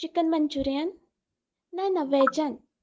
chicken Manchurian ना ना वेजन